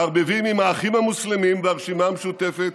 מערבבים באחים המוסלמים והרשימה המשותפת.